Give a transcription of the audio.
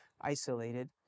isolated